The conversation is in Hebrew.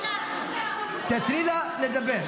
שאני אוכל לדבר.